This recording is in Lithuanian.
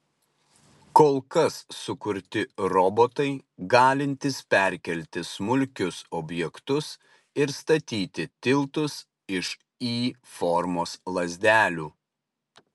kol kas sukurti robotai galintys perkelti smulkius objektus ir statyti tiltus iš y formos lazdelių